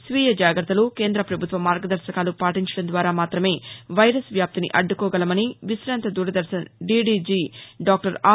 స్వీయ జాగ్రత్తలు కేంద్ర పభుత్వ మార్గదర్శకాలు పాటించడం ద్వారా మాతమే వైరస్ వ్యాప్తిని అద్దుకోగలమని విశాంత దూరదర్శన్ డిడిజి డాక్టర్ ఆర్